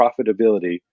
profitability